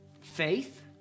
faith